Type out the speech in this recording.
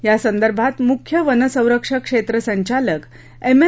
या संदर्भात मुख्य वनसंरक्षकक्षेत्र संचालक मे